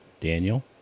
Daniel